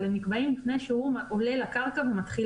אבל הם נקבעים לפני שהוא עולה לקרקע ומתחיל